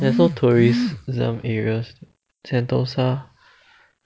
there's no tourists in some areas sentosa